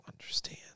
understand